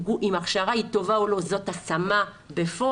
הכשרה היא טובה או לא זה השמה בפועל,